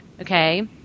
Okay